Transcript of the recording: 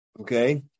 Okay